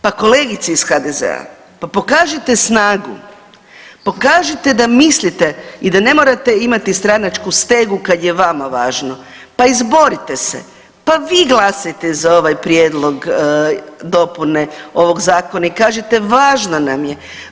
Pa kolegice iz HDZ-a, pa pokažite snagu, pokažite da mislite i da ne morate imati stranačku stegu kad je vama važno, pa izborite se, pa vi glasajte za ovaj prijedlog dopune ovog zakona i kažite važno nam je.